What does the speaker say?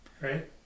right